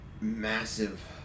massive